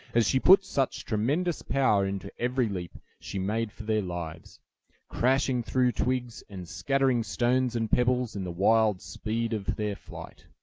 as she put such tremendous power into every leap she made for their lives crashing through twigs, and scattering stones and pebbles, in the wild speed of their flight.